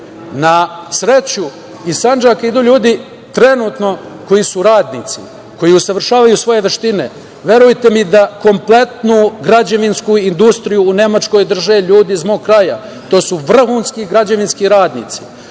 Na sreću, iz Sandžaka idu ljudi, trenutno, koji su radnici, koji usavršavaju svoje veštine. Verujte mi da kompletnu građevinsku industriju u Nemačkoj drže ljudi iz mog kraja, to su vrhunski građevinski radnici.